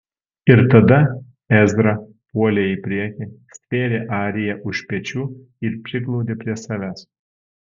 ir tada ezra puolė į priekį stvėrė ariją už pečių ir priglaudė prie savęs